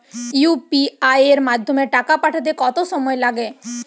UPI এর মাধ্যমে টাকা পাঠাতে কত সময় লাগে?